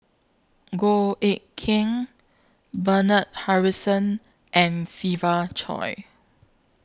Goh Eck Kheng Bernard Harrison and Siva Choy